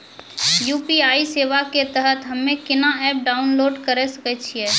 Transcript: UPI सेवा के तहत हम्मे केना एप्प डाउनलोड करे सकय छियै?